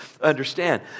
understand